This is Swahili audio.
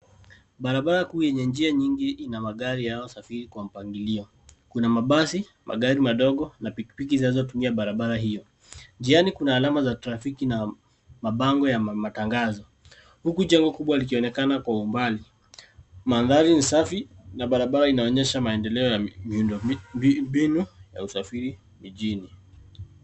Barabara kuu yenye njia nyingi ina magari yanayosafiri kwa mpangilio. Kuna mabasi, magari madogo na pikipiki zinazotumia barabara hiyo. Njiani kuna alama za trafiki na mabango ya matangazo huku jengo kubwa likionekana kwa umbali. Mandhari ni safi na barabara inaonyesha maendeleo ya miundo mbinu ya usafiri jijini.